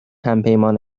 همپیمان